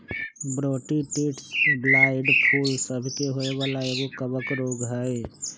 Botrytis blight फूल सभ के होय वला एगो कवक रोग हइ